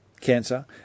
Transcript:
cancer